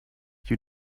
you